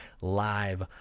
live